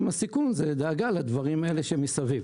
עם הסיכון זה הדאגה לדברים האלה מסביב.